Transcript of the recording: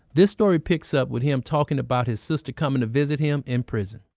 this story picks up with him talking about his sister coming to visit him in prison